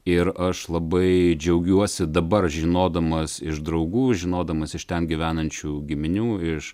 ir aš labai džiaugiuosi dabar žinodamas iš draugų žinodamas iš ten gyvenančių giminių iš